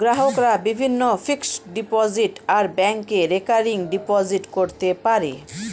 গ্রাহকরা বিভিন্ন fixed deposit আর ব্যাংকে রেকারিং ডিপোজিট করতে পারে